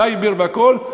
סייבר והכול,